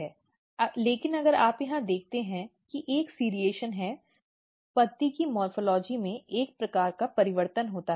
लेकिन अगर आप यहां देखते हैं कि एक सीरियेशन है पत्ती के मॉर्फ़ॉलजी में एक प्रकार का परिवर्तन होता है